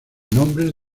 nombres